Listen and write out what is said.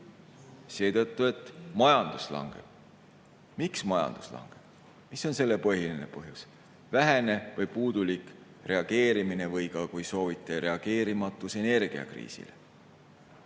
Seetõttu, et majandus langeb. Miks majandus langeb? Mis on selle põhiline põhjus? Vähene või puudulik reageerimine – või kui soovite, reageerimatus – energiakriisile.